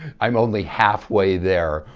i'm only half way there.